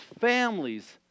families